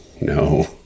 no